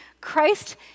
Christ